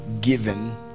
given